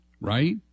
Right